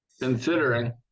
Considering